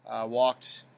walked